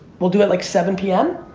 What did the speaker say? we'll do it like seven p m.